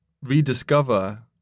rediscover